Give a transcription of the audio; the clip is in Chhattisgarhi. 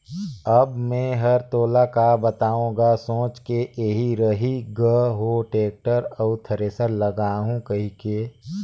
अब मे हर तोला का बताओ गा सोच के एही रही ग हो टेक्टर अउ थेरेसर लागहूँ कहिके